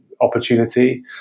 opportunity